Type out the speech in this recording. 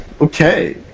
Okay